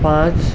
पांच